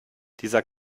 dieser